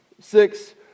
Six